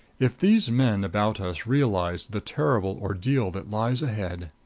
if these men about us realized the terrible ordeal that lies ahead!